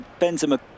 Benzema